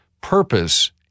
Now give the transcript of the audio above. purpose